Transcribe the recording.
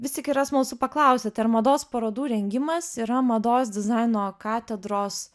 vis tik yra smalsu paklausti ar mados parodų rengimas yra mados dizaino katedros